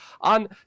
on